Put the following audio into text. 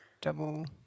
double